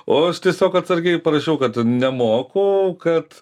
o aš tiesiog atsargiai parašiau kad nemoku kad